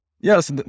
Yes